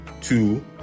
two